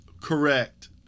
Correct